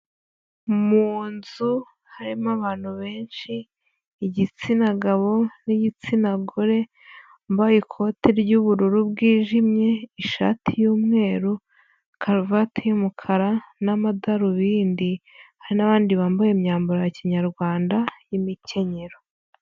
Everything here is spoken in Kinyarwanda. Mu nzu harimo abantu benshi igitsina gabo n'igitsina gore bambaye ikote ry'ubururu bwijimye, ishati y'umweru, karuvati y'umukara n'amadarubindi, abandi bambaye imyambaro ya kinyarwanda y'imikenyero.